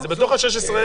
הרי זה בתוך ה-16,000.